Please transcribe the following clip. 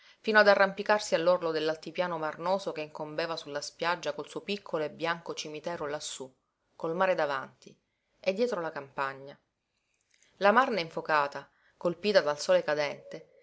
fino ad arrampicarsi all'orlo dell'altipiano marnoso che incombeva sulla spiaggia col suo piccolo e bianco cimitero lassù col mare davanti e dietro la campagna la marna infocata colpita dal sole cadente